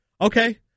Okay